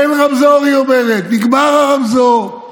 אין רמזור, היא אומרת, נגמר הרמזור.